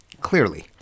Clearly